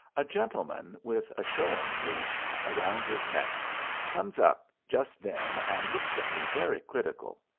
a gentleman with a showing-leash around his neck comes up just then and looks at me very critical.